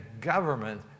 government